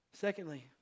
Secondly